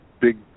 big